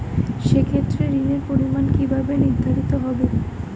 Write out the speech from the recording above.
সে ক্ষেত্রে ঋণের পরিমাণ কিভাবে নির্ধারিত হবে?